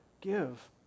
Give